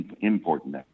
important